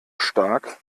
stark